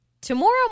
Tomorrow